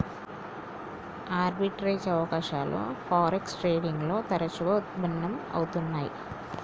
arbitrage అవకాశాలు forex trading లో తరచుగా వుత్పన్నం అవుతున్నై